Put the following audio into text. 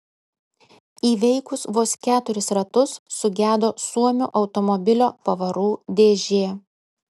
įveikus vos keturis ratus sugedo suomio automobilio pavarų dėžė